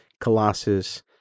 Colossus